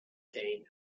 day